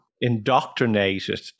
indoctrinated